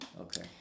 Okay